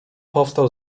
powstał